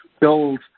build